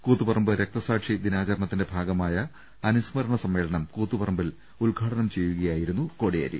കൂത്തുപറമ്പ് രക്താസാക്ഷി ദ്രിനാചരണത്തിന്റെ ഭാഗമായ അനുസ്മരണ സമ്മേളനം കൂത്തുപറമ്പിൽ ഉദ്ഘാടം ചെയ്യുകയായിരുന്നു കോടിയേരി